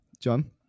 John